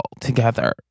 together